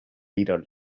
little